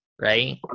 right